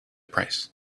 price